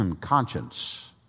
conscience